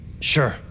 Sure